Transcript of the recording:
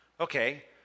okay